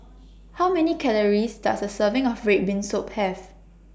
How Many Calories Does A Serving of Red Bean Soup Have